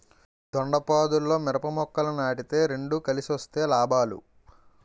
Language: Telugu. దొండపాదుల్లో మిరప మొక్కలు నాటితే రెండు కలిసొస్తే లాభాలు